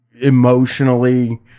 emotionally